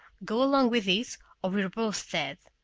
go along with this or we're both dead.